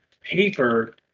paper